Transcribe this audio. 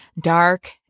dark